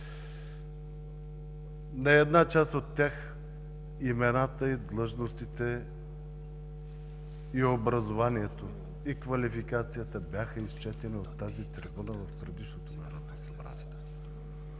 На една част от тях имената и длъжностите, и образованието, и квалификацията бяха изчетени от тази трибуна в предишното Народно събрание.